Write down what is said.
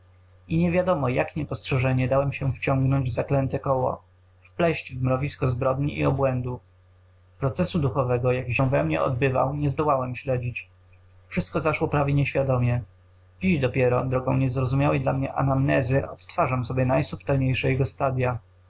i nie wiadomo jak niespostrzeżenie dałem się wciągnąć w zaklęte koło wpleść w mrowisko zbrodni i obłędu procesu duchowego jaki się we mnie odbywał nie zdołałem śledzić wszystko zaszło prawie nieświadomie dziś dopiero drogą niezrozumiałej dla mnie anamnezy odtwarzam sobie najsubtelniejsze jego stadya